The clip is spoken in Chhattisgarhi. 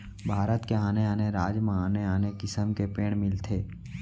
भारत के आने आने राज म आने आने किसम के पेड़ मिलथे